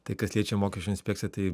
tai kas liečia mokesčių inspekciją tai